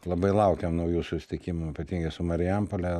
labai laukiam naujų susitikimų ypatingai su marijampole